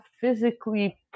physically